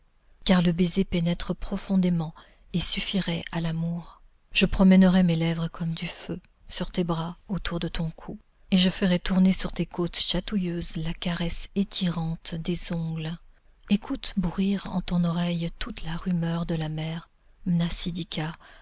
car le baiser pénètre profondément et suffirait à l'amour je promènerai mes lèvres comme du feu sur tes bras autour de ton cou et je ferai tourner sur tes côtes chatouilleuses la caresse étirante des ongles écoute bruire en ton oreille toute la rumeur de la mer